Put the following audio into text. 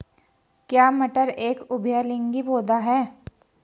क्या मटर एक उभयलिंगी पौधा है?